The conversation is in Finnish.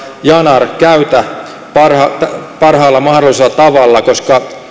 yanar käytä parhaalla parhaalla mahdollisella tavalla koska